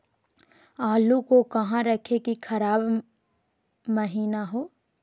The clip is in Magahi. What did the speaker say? आलू को कहां रखे की खराब महिना हो?